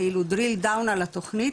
כאילו Drill down על התוכנית,